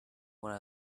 when